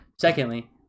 Secondly